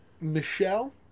Michelle